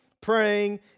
praying